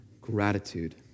gratitude